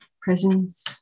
presence